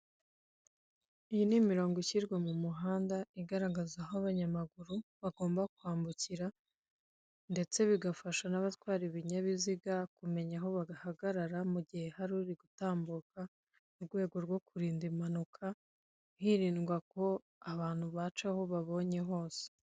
Iyi ni imirongo ishyirwa mu muhanda igaragaza aho abanyamaguru bagomba kwambukira ndetse bigafasha n'abatwara ibinyabiziga kumenya aho bahagarara mu gihe hari uri gutambuka, mu rwego rwo kurinda impanuka hirindwa ko abantu baca aho babonye hose.